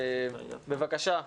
בבקשה,